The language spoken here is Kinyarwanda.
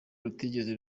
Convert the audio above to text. rutigeze